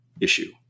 issue